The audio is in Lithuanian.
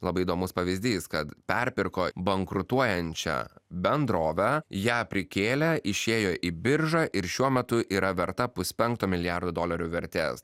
labai įdomus pavyzdys kad perpirko bankrutuojančią bendrovę ją prikėlė išėjo į biržą ir šiuo metu yra verta puspenkto milijardo dolerių vertės